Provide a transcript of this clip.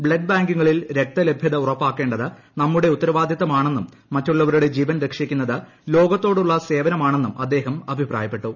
blood ബാങ്കുകളിൽ രക്ത ലഭ്യത ഉറപ്പാക്കേണ്ടത് നമ്മുടെ ഉത്തരവാദിത്തമാണെന്നും മറ്റുള്ളവരുടെ ് ജീവൻ രക്ഷിക്കുന്നത് ലോകത്തോടുള്ള സേവനമാണെന്നും അദ്ദേഹം അഭിപ്രായപ്പെട്ടു